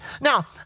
Now